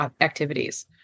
activities